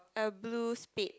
a blue spade